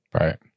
Right